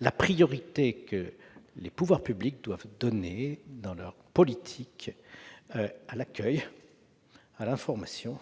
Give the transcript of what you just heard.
la priorité que les pouvoirs publics doivent donner, dans leur politique, à l'accueil, à l'information,